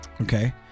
Okay